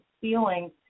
feeling